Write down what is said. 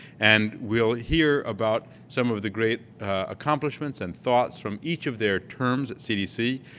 and we'll hear about some of the great accomplishments and thoughts from each of their terms at cdc.